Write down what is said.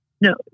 No